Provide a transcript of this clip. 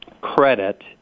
credit